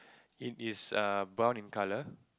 it is err brown in colour